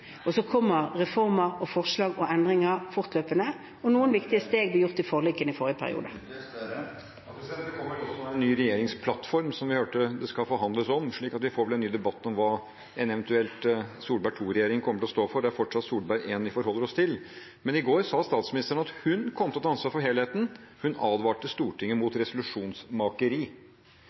Så kommer reformer og forslag og endringer fortløpende, og noen viktige steg ble gjort i forlikene i forrige periode… Da er tiden ute. Det kommer vel også en ny regjeringsplattform, som vi hørte det skal forhandles om, slik at vi får vel en ny debatt om hva en eventuell Solberg II-regjering kommer til å stå for. Det er fortsatt Solberg I vi forholder oss til. I går sa statsministeren at hun kom til å ta ansvar for helheten – hun advarte Stortinget mot resolusjonsmakeri.